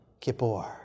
Kippur